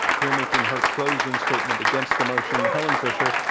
here making her closing statement against the motion, helen fisher,